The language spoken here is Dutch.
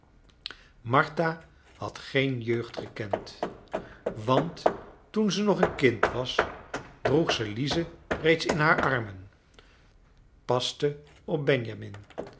martha had geen jeugd gekend want toen ze nog een kind was droeg ze lize reeds in haar armen paste op benjamin